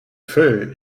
fait